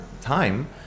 time